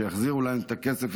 שיחזירו להם את הכסף,